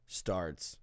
starts